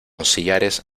sillares